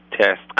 test